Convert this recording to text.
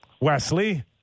Wesley